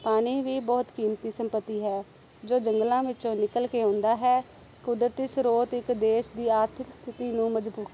ਪਾਣੀ ਵੀ ਬਹੁਤ ਕੀਮਤੀ ਸੰਪਤੀ ਹੈ ਜੋ ਜੰਗਲਾਂ ਵਿੱਚੋਂ ਨਿਕਲ ਕੇ ਆਉਂਦਾ ਹੈ ਕੁਦਰਤੀ ਸਰੋਤ ਇੱਕ ਦੇਸ਼ ਦੀ ਆਰਥਿਕ ਸਥਿਤੀ ਨੂੰ ਮਜਬੂਤ